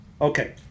Okay